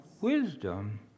wisdom